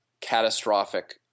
catastrophic